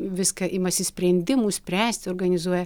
viską imasi sprendimų spręst organizuoja